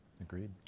Agreed